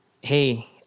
hey